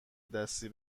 دستی